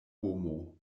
homo